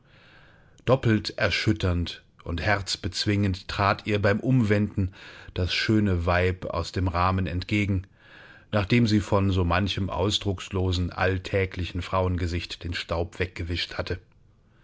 doppelt erschütternd und herzbezwingend trat ihr beim umwenden das schöne weib aus dem rahmen entgegen nachdem sie von so manchem ausdruckslosen alltäglichen frauengesicht den staub weggewischt hatte